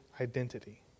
identity